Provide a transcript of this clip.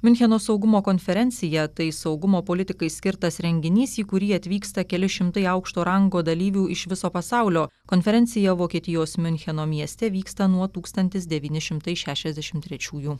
miuncheno saugumo konferencija tai saugumo politikai skirtas renginys į kurį atvyksta keli šimtai aukšto rango dalyvių iš viso pasaulio konferencija vokietijos miuncheno mieste vyksta nuo tūkstantis devyni šimtai šešiasdešimt trečiųjų